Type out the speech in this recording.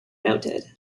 noted